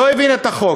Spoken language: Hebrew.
לא הבין את החוק.